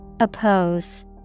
Oppose